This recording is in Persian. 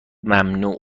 ممنوع